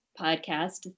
podcast